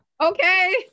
okay